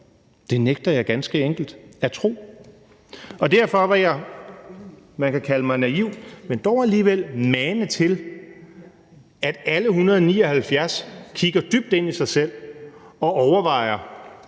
Det nægter jeg ganske enkelt at tro. Derfor vil jeg, man kan kalde mig naiv, men dog alligevel mane til, at alle 179 medlemmer kigger dybt ind i sig selv og overvejer,